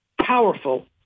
powerful